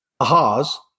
aha's